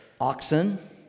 oxen